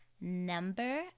number